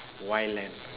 why leh